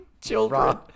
children